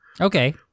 Okay